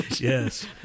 Yes